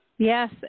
Yes